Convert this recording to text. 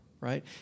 right